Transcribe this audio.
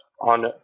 on